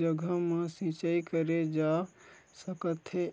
जघा म सिंचई करे जा सकत हे